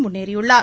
முன்னேறியுள்ளார்